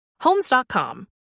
Homes.com